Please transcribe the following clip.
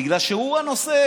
בגלל שהוא הנושא.